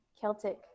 Celtic